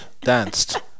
danced